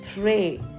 pray